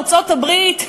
ארצות-הברית,